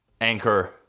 Anchor